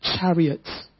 chariots